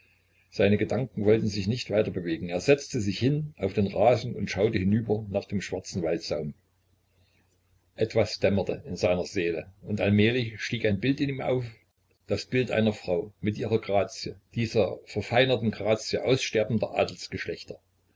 seine gedanken wollten sich nicht weiter bewegen er setzte sich hin auf den rasen und schaute hinüber nach dem schwarzen waldsaum etwas dämmerte in seiner seele und allmählich stieg ein bild in ihm auf das bild einer frau mit ihrer grazie dieser verfeinerten grazie aussterbender